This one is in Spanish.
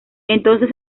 entonces